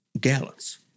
gallons